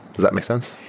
does that make sense?